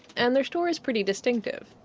and their store is pretty distinctive.